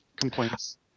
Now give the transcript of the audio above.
complaints